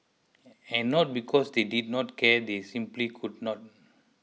and not because they did not care they simply could not